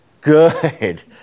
Good